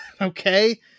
Okay